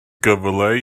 gyfle